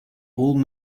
old